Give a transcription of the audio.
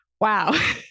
Wow